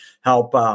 help